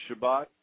Shabbat